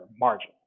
margin